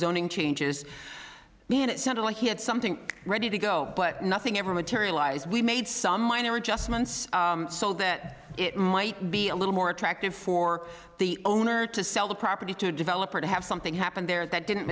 rezoning changes and it sounded like he had something ready to go but nothing ever materialise we made some minor adjustments so that it might be a little more attractive for the owner to sell the property to a developer to have something happen there that didn't